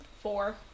Four